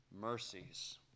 mercies